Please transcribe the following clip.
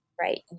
Right